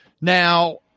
Now